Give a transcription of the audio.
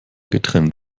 getrennt